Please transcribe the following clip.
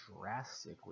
drastically